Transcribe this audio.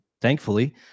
thankfully